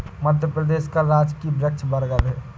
मध्य प्रदेश का राजकीय वृक्ष बरगद है